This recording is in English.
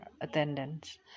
attendance